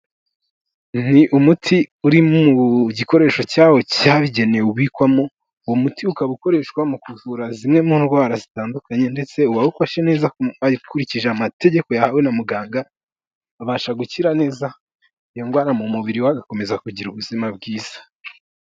Ni umuti uri mu gikoresho cyawo cyabigenewe ubikwamo, uwo muti ukaba ukoreshwa mu kuvura zimwe mu ndwara zitandukanye ndetse uwawufashe neza akurikije amategeko yahawe na muganga abasha gukira neza iyo ndwara mu mubiri we, agakomeza kugira ubuzima bwiza.